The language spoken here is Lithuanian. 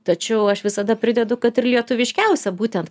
tačiau aš visada pridedu kad ir lietuviškiausia būtent